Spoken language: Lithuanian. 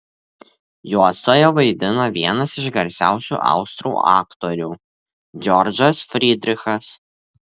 juostoje vaidina vienas iš garsiausių austrų aktorių džordžas frydrichas